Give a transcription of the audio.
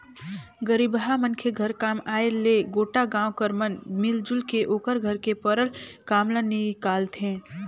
गरीबहा मनखे घर काम आय ले गोटा गाँव कर मन मिलजुल के ओकर घर में परल काम ल निकालथें